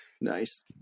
Nice